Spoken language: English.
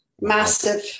massive